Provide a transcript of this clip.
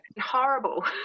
horrible